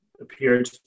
appeared